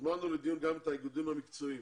הזמנו לדיון גם את האיגודים המקצועיים.